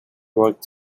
work